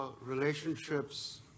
relationships